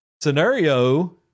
scenario